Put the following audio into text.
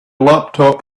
laptop